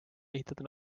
ehitada